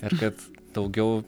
ir kad daugiau